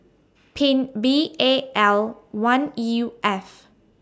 Pin B A L one U F